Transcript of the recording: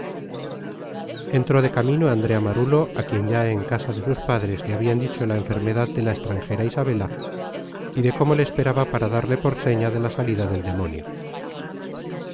entró de camino andrea marulo á quien ya en casa de sus padres le habian dicho la enfermedad de la extranjera isabela y de cómo le esperaba para darle por seña de la salida del demonio